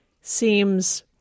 seems